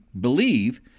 believe